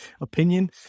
opinion